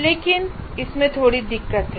लेकिन इसमें थोड़ी दिक्कत है